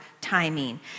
timing